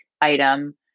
item